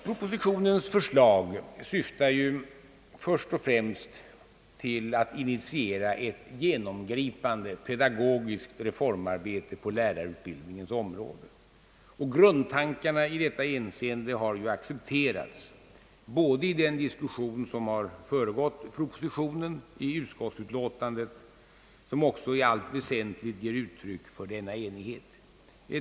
Propositionens förslag syftar ju först och främst till att initiera ett genomgripande pedagogiskt reformarbete på lärarutbildningens område, och grundtankarna i detta hänseende har accepterats både i den diskussion, som har föregått propositionen, och i utskottsutlåtandet, som också i allt väsentligt ger uttryck åt denna enighet.